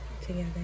together